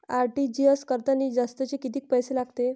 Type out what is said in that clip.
RTGS करतांनी जास्तचे कितीक पैसे लागते?